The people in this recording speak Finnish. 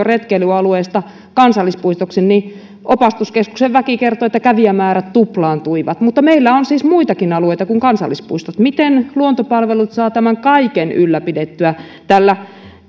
retkeilyalueesta kansallispuistoksi niin opastuskeskuksen väki kertoi että kävijämäärät tuplaantuivat mutta meillä on siis muitakin alueita kuin kansallispuistot miten luontopalvelut saa tämän kaiken ylläpidettyä tällä